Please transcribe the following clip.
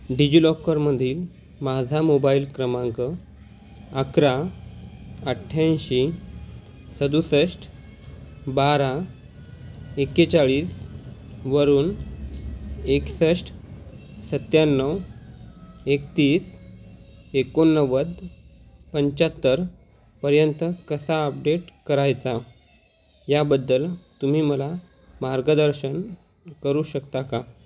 डिजिलॉकरमधील माझा मोबाईल क्रमांक अकरा अठ्ठ्याऐंशी सदुसष्ट बारा एकेचाळीस वरून एकसष्ट सत्याण्णव एकतीस एकोणनव्वद पंच्याहत्तरपर्यंत कसा अपडेट करायचा याबद्दल तुम्ही मला मार्गदर्शन करू शकता का